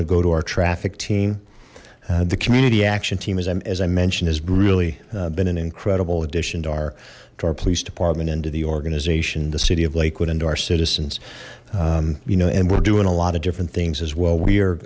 would go to our traffic team the community action team is i'm as i mentioned has really been an incredible addition to our to our police department into the organization the city of lakewood and our citizens you know and we're doing a lot of different things as well we